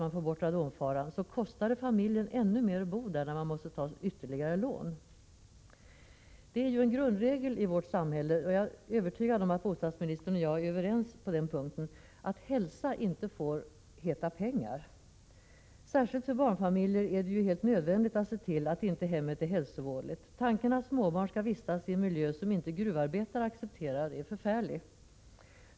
1986/87:35 radonfaran, kostar det familjen ännu mer att bo där när den måste ta 25 november 1986 ytterligare lån. SS a SEO Bostadsministern är säkert överens med mig om att en grundregel i vårt samhälle är att hälsa inte får heta pengar. Då är det ju helt nödvändigt att se till att hemmet inte är hälsovådligt, särskilt när det gäller barnfamiljer. Tanken att småbarn skall vistas i en miljö som inte gruvarbetare accepterar är förfärlig.